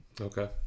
Okay